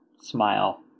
smile